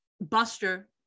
Buster